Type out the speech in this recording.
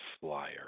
flyer